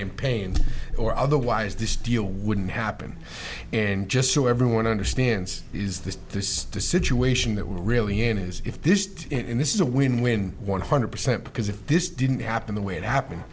am paying or otherwise this deal wouldn't happen and just so everyone understands is this this situation that we're really in is if this in this is a win win one hundred percent because if this didn't happen the way it happened